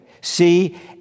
see